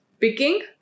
picking